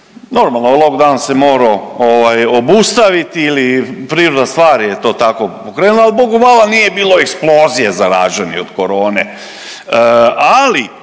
Normalno lockdown se morao obustaviti ili prirodna stvar je to tako pokrenula, ali Bogu hvala nije bilo eksplozije zaraženih od korone. Ali